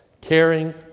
caring